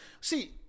See